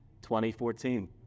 2014